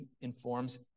informs